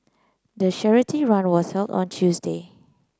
the charity run was held on Tuesday